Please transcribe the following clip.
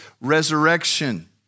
resurrection